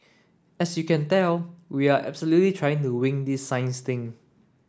as you can tell we are absolutely trying to wing this science thing